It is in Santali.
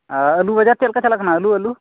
ᱟᱨ ᱟᱞᱩ ᱵᱟᱡᱟᱨ ᱪᱮᱫᱠᱟ ᱪᱟᱞᱟᱜ ᱠᱟᱱᱟ ᱟᱞᱩ ᱟᱞᱩ